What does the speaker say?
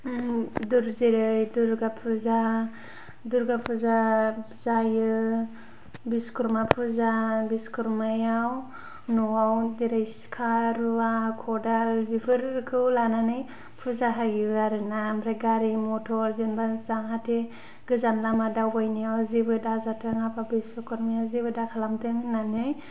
जेरै दुर्गा फुजा दुर्गा फुजा जायो बिश्वकर्मा फुजा बिश्व कर्मायाव न'वाव जेरै सिखा रुवा खदाल बेफोरखौ लानानै फुजा होयो आरोना ओमफ्राय गारि मथ'र जेनेबा जाहाथे गोजान लामा दावबायनायाव जेबो दाजाथों आफा बिश्वकर्माया जेबो दाखालामथों होननानै